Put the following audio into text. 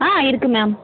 ஆ இருக்குது மேம்